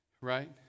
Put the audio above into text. Right